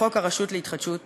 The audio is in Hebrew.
בחוק הרשות להתחדשות עירונית.